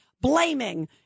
blaming